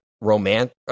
romance